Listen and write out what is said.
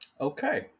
Okay